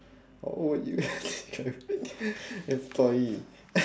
what would you descri~ employee